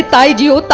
i do?